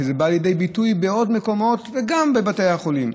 כך שזה בא לידי ביטוי בעוד מקומות וגם בבתי החולים?